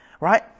right